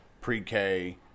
pre-K